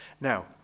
Now